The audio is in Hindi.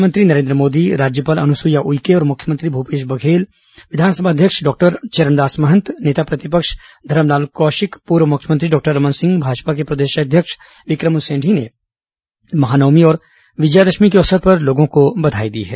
प्रधानमंत्री नरेन्द्र मोदी राज्यपाल अनुसुईया उइके और मुख्यमंत्री भूपेश बघेल विधानसभा अध्यक्ष डॉक्टर चरणदास महंत नेता प्रतिपक्ष धरमलाल कौशिक पूर्व मुख्यमंत्री डॉक्टर रमन सिंह भाजपा के प्रदेश अध्यक्ष विक्रम उसेंडी ने महानवमी और विजयादशमी के अवसर पर लोगों को बधाई दी है